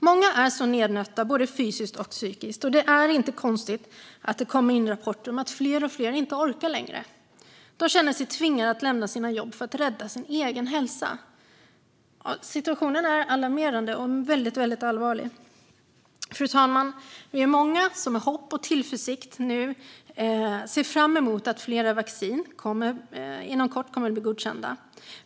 Många är nednötta både fysiskt och psykiskt. Det är inte konstigt att det kommer rapporter om att fler och fler inte orkar längre och känner sig tvingade att lämna sitt jobb för att rädda sin egen hälsa. Situationen är minst sagt alarmerande och allvarlig. Fru talman! Vi är många som med hopp och tillförsikt ser fram emot att flera vacciner inom kort kommer att bli godkända.